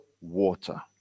water